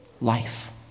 life